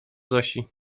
zosi